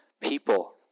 people